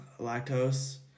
lactose